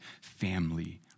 family